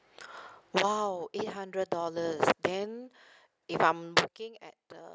!wow! eight hundred dollars then if I'm looking at the